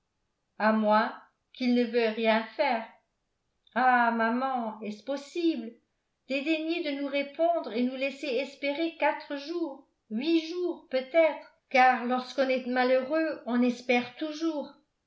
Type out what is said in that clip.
à moins qu'il ne veuille rien faire ah maman est-ce possible dédaigner de nous répondre et nous laisser espérer quatre jours huit jours peut-être car lorsqu'on est malheureux on espère toujours